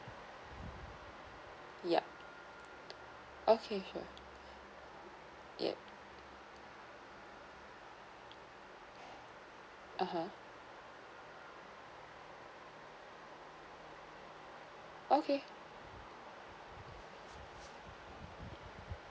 yup okay sure yup (uh huh) okay